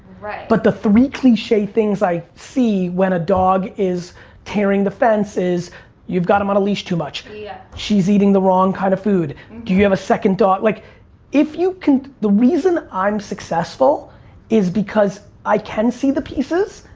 but the three cliche things i see when a dog is tearing the fence, is you've got them on a leash too much, yeah she's she's eating the wrong kind of food, do you have a second dog? like if you can, the reason i'm successful is because i can see the pieces.